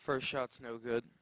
first shots no good